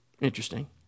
Interesting